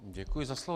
Děkuji za slovo.